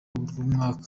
mwaka